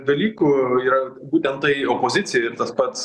dalykų yra būtent tai opozicijai ir tas pats